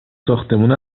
ساختمونه